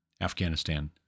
Afghanistan